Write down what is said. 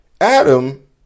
Adam